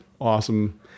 awesome